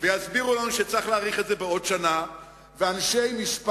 בהבדל שבחוק ההסדרים אתה יודע על מה אתה